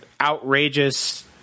outrageous